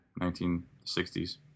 1960s